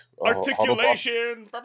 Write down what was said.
Articulation